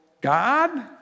God